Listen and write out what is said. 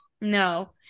no